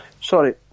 sorry